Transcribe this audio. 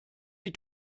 die